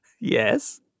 Yes